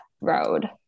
road